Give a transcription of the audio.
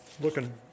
looking